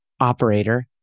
operator